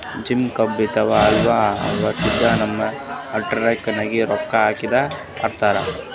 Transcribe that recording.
gym, club, ಇರ್ತಾವ್ ಅಲ್ಲಾ ಅವ್ರ ಸಿದಾ ನಮ್ದು ಅಕೌಂಟ್ ನಾಗೆ ರೊಕ್ಕಾ ಹಾಕ್ರಿ ಅಂತಾರ್